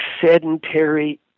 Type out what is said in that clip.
sedentary